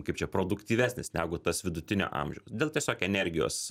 kaip čia produktyvesnis negu tas vidutinio amžiaus dėl tiesiog energijos